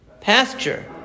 pasture